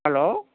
hello